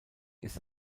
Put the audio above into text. ist